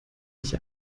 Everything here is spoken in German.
nicht